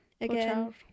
again